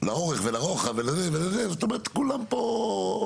לאורך ולרוחב ולזה ולזה זאת אומרת כולם פה.